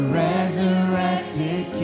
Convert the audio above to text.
resurrected